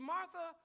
Martha